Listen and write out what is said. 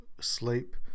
sleep